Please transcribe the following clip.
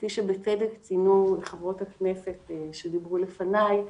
כפי שבצדק ציינו חברות הכנסת שדיברו לפניי,